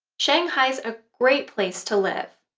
shanghai's a great place to live.